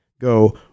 go